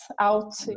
out